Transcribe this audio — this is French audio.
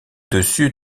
dessus